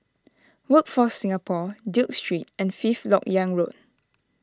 Workforce Singapore Duke Street and Fifth Lok Yang Road